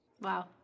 Wow